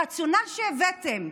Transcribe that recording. הרציונל שהבאתם,